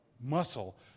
muscle